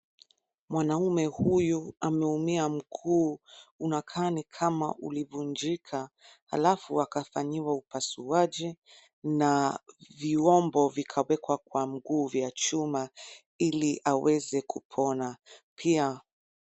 Mwanaume huyu ameumia mkuu unakaa ni kama ulivunjika halafu akafanyiwa upasuaji na viwombo vikawekwa kwa mguu vya chuma ili aweze kupona pia.